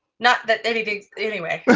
not that any, anyway.